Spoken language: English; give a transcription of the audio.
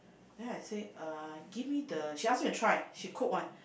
then I say uh give me the she ask me to try she cook one